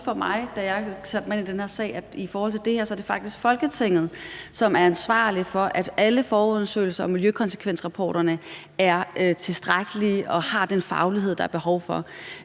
forhold til det her er det faktisk Folketinget, som er ansvarlig for, at alle forundersøgelser og miljøkonsekvensrapporter er tilstrækkelige og har den faglighed, der er behov for.